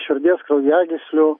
širdies kraujagyslių